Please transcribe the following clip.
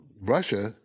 Russia